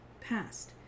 Past